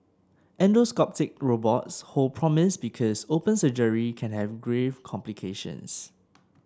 endoscopic robots hold promise because open surgery can have grave complications